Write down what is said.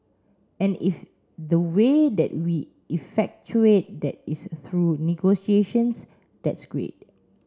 and if the way that we effectuate that is through negotiations that's great